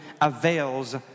avails